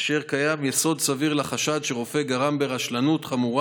כאשר קיים יסוד סביר לחשד שרופא גרם ברשלנות חמורה